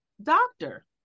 doctor